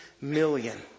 million